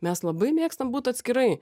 mes labai mėgstam būt atskirai